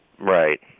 Right